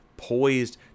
poised